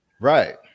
right